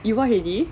you watch already